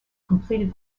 completed